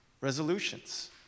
resolutions